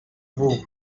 vous